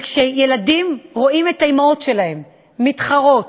וכשילדים רואים את האימהות שלהם מתחרות,